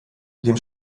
dem